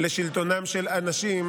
לשלטונם של אנשים,